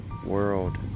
world